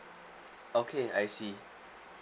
okay I see